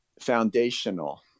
foundational